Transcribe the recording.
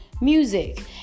music